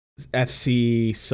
FC